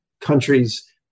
countries